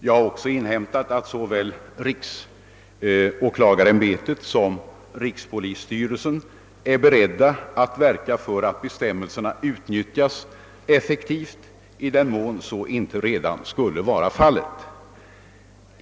Jag har också inhämtat att såväl riksåklagaren som rikspolisstyrelsen är beredda att verka för att bestämmelserna utnyttjas effektivt i den mån så inte redan skulle vara fallet.